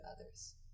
others